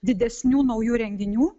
didesnių naujų renginių